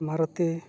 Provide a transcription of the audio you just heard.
Maruti